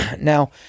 Now